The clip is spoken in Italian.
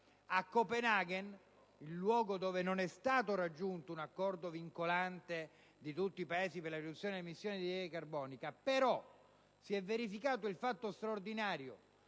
a Copenaghen, luogo in cui non è stato raggiunto un accordo vincolante per tutti i Paesi per la riduzione delle emissioni di anidride carbonica, si sia però verificato un fatto straordinario,